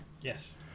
yes